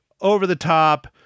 over-the-top